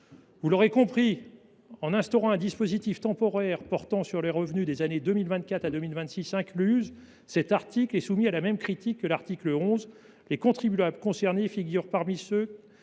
Vous l’aurez compris, en instaurant un dispositif temporaire portant sur les revenus des années 2024 à 2026, cet article est soumis à la même critique que l’article 11 : les contribuables concernés figurent parmi ceux